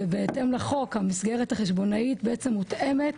ובהתאם לחוק, המסגרת החשבונאית בעצם מותאמת